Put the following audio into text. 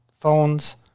phones